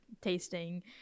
tasting